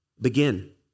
begin